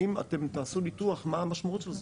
האם אתם תעשו ניתוח מה המשמעות של זה?